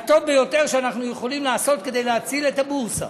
הדבר הטוב ביותר שאנחנו יכולים לעשות כדי להציל את הבורסה